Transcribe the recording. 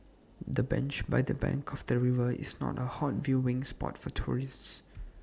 the bench by the bank of the river is not A hot viewing spot for tourists